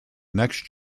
next